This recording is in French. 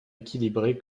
équilibrée